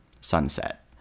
sunset